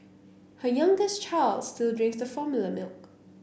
her youngest child still drinks the formula milk